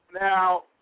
Now